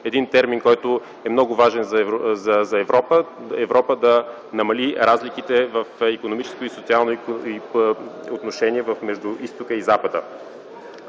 Един термин, който е много важен за Европа – Европа да намали разликите в икономическо и социално отношение между Изтока и Запада.